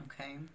okay